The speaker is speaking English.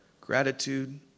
gratitude